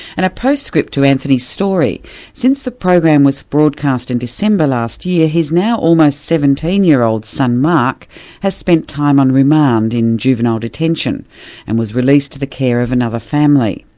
and a post script to anthony's story since the program was broadcast in december last year, his now almost seventeen year old son mark has spent time on remand in juvenile detention and was released to the care of another family.